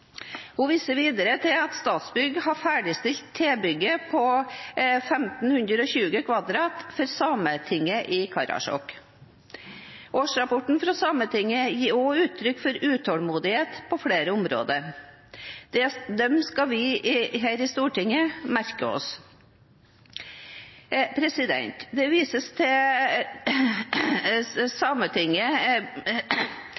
Hun viser videre til at Statsbygg har ferdigstilt tilbygget på 1 520 m 2 for Sametinget i Karasjok. Årsrapporten fra Sametinget gir også uttrykk for utålmodighet på flere områder. Det skal vi her i Stortinget merke oss. Det vises til